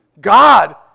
God